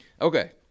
Okay